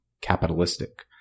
capitalistic